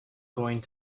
going